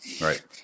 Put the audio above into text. right